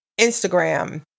Instagram